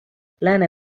lääne